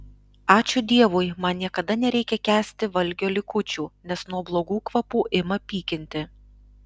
ačiū dievui man niekada nereikia kęsti valgio likučių nes nuo blogų kvapų ima pykinti